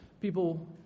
people